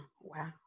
Wow